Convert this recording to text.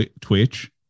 Twitch